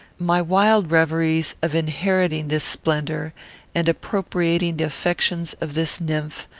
my wild reveries of inheriting this splendour and appropriating the affections of this nymph,